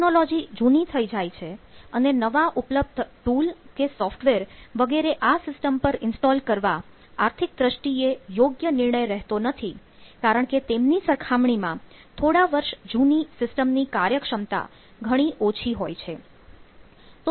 technology જુની થઈ જાય છે અને નવા ઉપલબ્ધ ટુલ કે સોફ્ટવેર વગેરે આ સિસ્ટમ પર ઇન્સ્ટોલ કરવા આર્થિક દૃષ્ટિએ યોગ્ય નિર્ણય રહેતો નથી કારણ કે તેમની સરખામણીમાં થોડા વર્ષ જૂની સિસ્ટમ ની કાર્યક્ષમતા ઘણી ઓછી હોય છે